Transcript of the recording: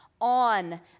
on